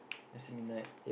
I see midnight